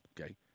okay